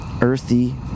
earthy